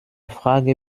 frage